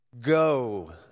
Go